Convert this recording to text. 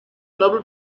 nobel